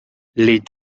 les